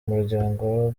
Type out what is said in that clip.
muryango